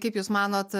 kaip jūs manot